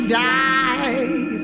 die